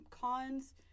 Cons